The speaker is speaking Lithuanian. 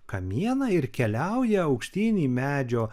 kamieną ir keliauja aukštyn į medžio